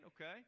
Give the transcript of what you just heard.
okay